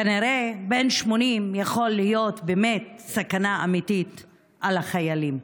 כנראה בן 80 יכול להיות באמת סכנה אמיתית לחיילים.